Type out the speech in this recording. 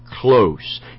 Close